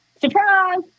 surprise